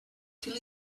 till